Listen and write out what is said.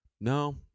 no